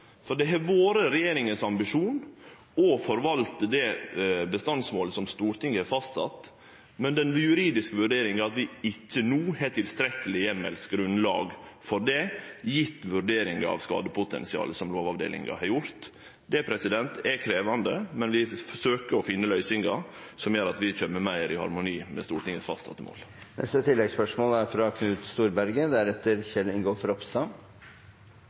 For det har vore ambisjonen til regjeringa å forvalte det bestandsmålet som Stortinget har fastsett, med den juridiske vurderinga om at vi ikkje no har tilstrekkeleg heimelsgrunnlag for det, gitt vurderinga av skadepotensialet som Lovavdelinga har gjort. Det er krevjande, men vi forsøkjer å finne løysingar som gjer at vi kjem meir i harmoni med det målet Stortinget har fastsett. Knut Storberget